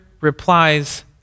replies